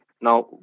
now